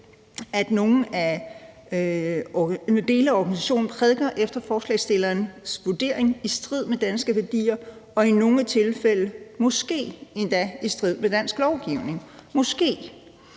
selv, at dele af organisationen efter forslagsstillerens vurdering prædiker i strid med danske værdier og i nogle tilfælde måske endda i strid med dansk lovgivning – måske.